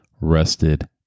rested